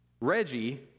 Reggie